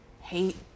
hate